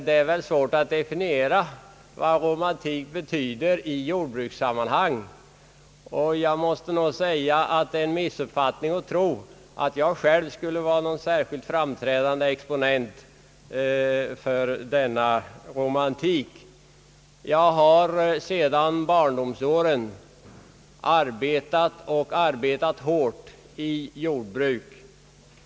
Det är svårt att definiera vad romantik betyder i jordbrukssammanhang. Det är nog en missuppfattning att tro, att jag själv skulle vara någon särskilt framträdande exponent för denna romantik. Jag har sedan barndomsåren arbetat, och arbetat hårt, i jordbruk.